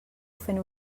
fent